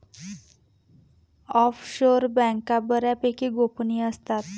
offshore बँका बऱ्यापैकी गोपनीय असतात